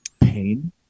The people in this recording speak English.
pain